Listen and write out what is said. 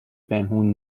پنهون